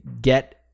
get